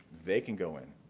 they can go in,